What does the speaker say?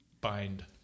bind